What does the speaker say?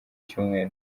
cyumweru